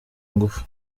ngufu